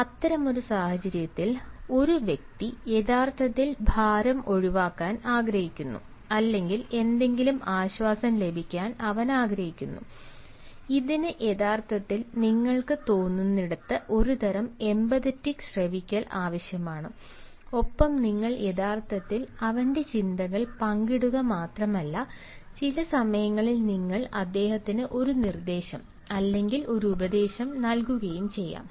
അതിനാൽ അത്തരമൊരു സാഹചര്യത്തിൽ ഒരു വ്യക്തി യഥാർത്ഥത്തിൽ ഭാരം ഒഴിവാക്കാൻ ആഗ്രഹിക്കുന്നു അല്ലെങ്കിൽ എന്തെങ്കിലും ആശ്വാസം ലഭിക്കാൻ അവൻ ആഗ്രഹിക്കുന്നു ഇതിന് യഥാർത്ഥത്തിൽ നിങ്ങൾക്ക് തോന്നുന്നിടത്ത് ഒരുതരം എമ്പതറ്റിക് ശ്രവിക്കൽ ആവശ്യമാണ് ഒപ്പം നിങ്ങൾ യഥാർത്ഥത്തിൽ അവന്റെ ചിന്തകൾ പങ്കിടുക മാത്രമല്ല ചില സമയങ്ങളിൽ നിങ്ങൾ അദ്ദേഹത്തിന് ഒരു നിർദ്ദേശം അല്ലെങ്കിൽ ഒരു ഉപദേശം നൽകുകയും ചെയ്യാം